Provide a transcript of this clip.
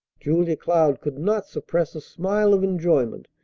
julia cloud could not suppress a smile of enjoyment,